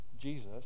Jesus